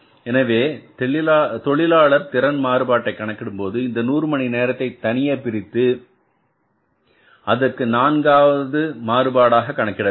எனவே தொழிலாளர் திறன் மாறுபாட்டை கணக்கிடும்போது இந்த 100 மணி நேரத்தை தனியே பிரித்து அதற்கு நான்காவது மாறுபாடாக கணக்கிட வேண்டும்